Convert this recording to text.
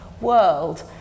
world